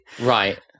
right